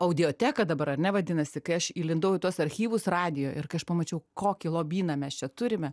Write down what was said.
audioteka dabar ar ne vadinasi kai aš įlindau į tuos archyvus radijo ir kai aš pamačiau kokį lobyną mes čia turime